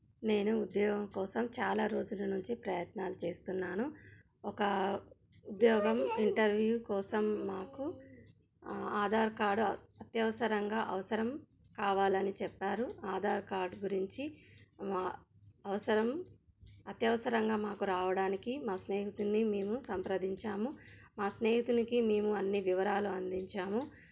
నేను ఉద్యోగం కోసం చాలా రోజుల నుంచి ప్రయత్నాలు చేస్తున్నాను ఒక ఉద్యోగం ఇంటర్వ్యూ కోసం మాకు ఆధార్ కార్డు అత్యవసరంగా అవసరం కావాలని చెప్పారు ఆధార్ కార్డ్ గురించి అవసరం అత్యవసరంగా మాకు రావడానికి మా స్నేహితుడిని మేము సంప్రదించాము మా స్నేహితునికి మేము అన్ని వివరాలు అందించాము